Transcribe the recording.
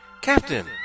Captain